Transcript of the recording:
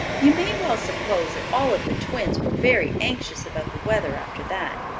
you may well suppose that all of the twins were very anxious about the weather after that,